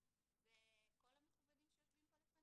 הפוליסה זה כל המכובדים שיושבים פה לפנינו.